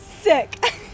Sick